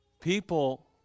people